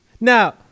Now